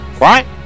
right